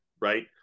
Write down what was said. right